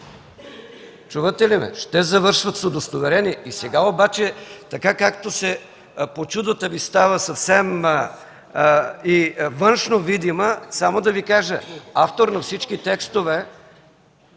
Чувате ли ме? Ще завършват с удостоверение. Сега обаче така, както почудата Ви става и външно видима, само да Ви кажа: автор на всички текстове